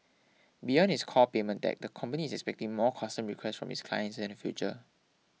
beyond its core payment tech the company is expecting more custom requests from its clients in the future